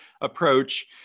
approach